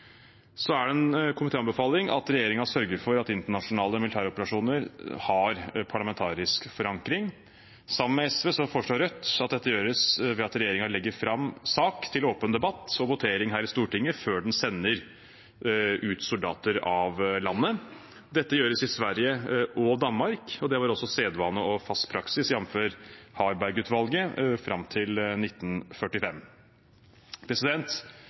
Så er det en komitéanbefaling at regjeringen sørger for at internasjonale militæroperasjoner har parlamentarisk forankring. Sammen med SV foreslår Rødt at dette gjøres ved at regjeringen legger fram sak til åpen debatt og votering her i Stortinget, før den sender soldater ut av landet. Dette gjøres i Sverige og Danmark, og det var også sedvane og fast praksis – jf. Harberg-utvalget – fram til 1945.